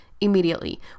immediately